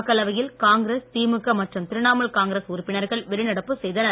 மக்களவையில் காங்கிரஸ் திமுக மற்றும் திரிணாமுல் காங்கிரஸ் உறுப்பினர்கள் வெளிநடப்பு செய்தனர்